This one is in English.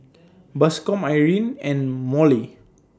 Bascom Irene and Mollie